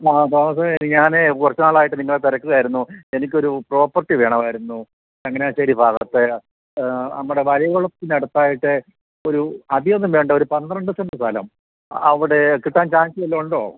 ആ തോമസേ ഞാന് കുറച്ചു നാളായിട്ട് നിന്നെ തിരക്കുകയായിരുന്നു എനിക്കൊരു പ്രോപ്പർട്ടി വേണമായിരുന്നു ചങ്ങനാശ്ശേരി ഭാഗത്ത് നമ്മുടെ വഴികുളത്തിനടുത്തായിട്ട് ഒരു അധികമൊന്നും വേണ്ട ഒരു പന്ത്രണ്ട് സെന്റ് സ്ഥലം അവിടെ കിട്ടാൻ ചാൻസ് വല്ലതും ഉണ്ടോ